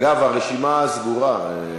אגב, הרשימה סגורה.